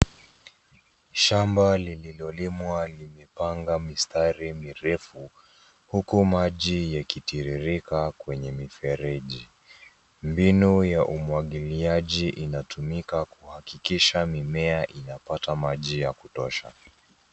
Shamba lililolimwa limepanga mistari mirefu huku maji yakitiririka kwenye mifereji. Mbinu ya umwagiliaji inatumika kuhakikisha mimea inapata maji ya kutosha.